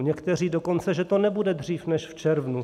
Některé dokonce, že to nebude dřív než v červnu.